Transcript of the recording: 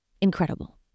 incredible